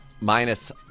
minus